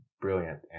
brilliant